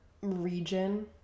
region